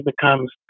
becomes